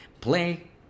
play